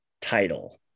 title